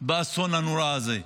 באסון הנורא זה.